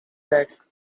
back